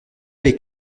est